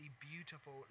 beautiful